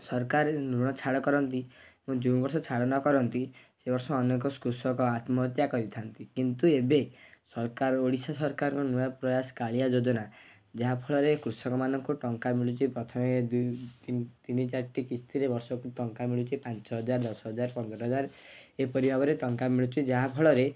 ସରକାର ଋଣ ଛାଡ଼୍ କରନ୍ତି ଯେଉଁ ବର୍ଷ ଛାଡ଼ ନ କରନ୍ତି ସେ ବର୍ଷ ଅନେକ କୃଷକ ଆତ୍ମହତ୍ୟା କରିଥାନ୍ତି କିନ୍ତୁ ଏବେ ସରକାର ଓଡ଼ିଶା ସରକାରଙ୍କ ନୂଆ ପ୍ରୟାସ କାଳିଆ ଯୋଜନା ଯାହା ଫଳରେ କୃଷକ ମାନଙ୍କୁ ଟଙ୍କା ମିଳୁଛି ପ୍ରଥମେ ଦୁଇ ତିନ ଚାରୋଟି କିସ୍ତିରେ ବର୍ଷକୁ ଟଙ୍କା ମିଳୁଛି ପାଞ୍ଚ ହଜାର ଦଶ ହଜାର ପନ୍ଦର ହଜାର ଏପରି ଭାବରେ ଟଙ୍କା ମିଳୁଛି ଯାହା ଫଳରେ